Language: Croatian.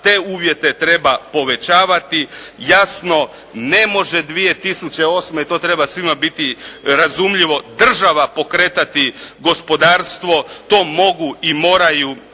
te uvjete treba povećavati, jasno ne može 2008., to treba svima biti razumljivo država pokretati gospodarstvo, to mogu i moraju